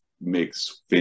makes